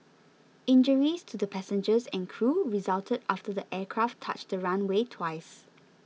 injuries to the passengers and crew resulted after the aircraft touched the runway twice